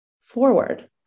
forward